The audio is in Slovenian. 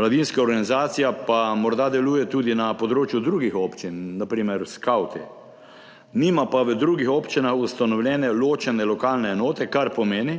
mladinska organizacija pa morda deluje tudi na področju drugih občin, na primer skavti, nima pa v drugih občinah ustanovljene ločene lokalne enote, kar pomeni,